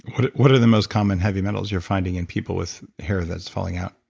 but what are the most common heavy metals you're finding in people with hair that's falling out?